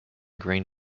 grain